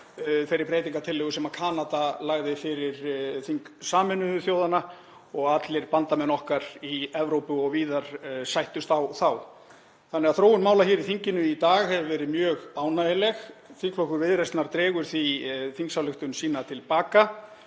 þeirri breytingartillögu sem Kanada lagði fyrir þing Sameinuðu þjóðanna og allir bandamenn okkar í Evrópu og víðar sættust á þá. Þróun mála hér í þinginu í dag hefur því verið mjög ánægjuleg. Þingflokkur Viðreisnar dregur því þingsályktunartillögu sína til baka